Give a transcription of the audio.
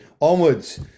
Onwards